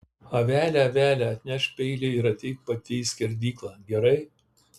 avele avele atnešk peilį ir ateik pati į skerdyklą gerai